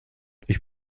ich